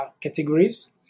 categories